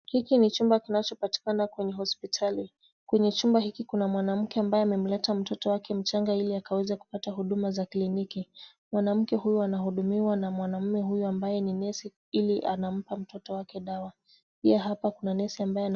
Hiki ni chumba kinachopatikana kwenye hosipitali. Kwenye chumba hiki kuna mwanamke ambaye amemleta mtoto wake mchanga ili akaweze kupata huduma za kliniki. Mwanamke huyo anahudumiwa na mwanaume huyo ambaye ni nesi ili anampa mtoto wake dawa. Pia hapa kuna nesi ambaye ana .